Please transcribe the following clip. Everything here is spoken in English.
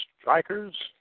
strikers